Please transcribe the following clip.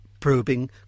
probing